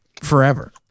forever